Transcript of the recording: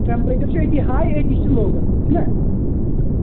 temperature چھُ أتی ہاے أتی چھُ لوٚو گَژھان چھُناہ چھُ